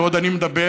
ועוד אני מדבר,